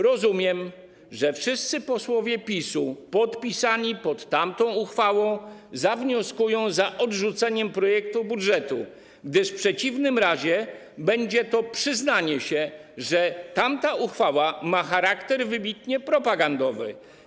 Rozumiem, że wszyscy posłowie PiS-u podpisani pod tamtą uchwałą zawnioskują o odrzucenie projektu budżetu, gdyż w przeciwnym razie będzie to przyznanie się, że ma ona charakter wybitnie propagandowy.